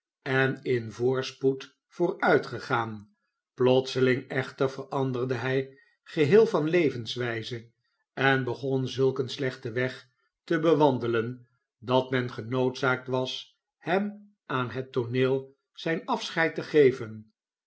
en in voorspoed vooruitgegaan plotseling echter veranderde hij geheel van levenswijze en begon zulk een slechten weg te bewandelen dat men genoodzaakt was hem aan het tooneel zijn afscheid te geven